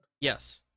Yes